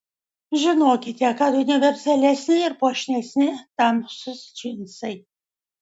žinokite kad universalesni ir puošnesni tamsūs džinsai